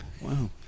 Wow